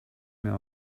mehr